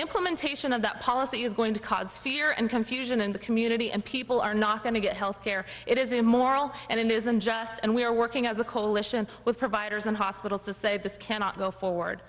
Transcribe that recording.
implementation of that policy is going cause fear and confusion in the community and people are not going to get healthcare it is immoral and it isn't just and we are working as a coalition with providers and hospitals to say this cannot go forward